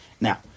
Now